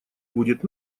будет